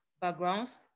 backgrounds